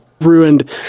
ruined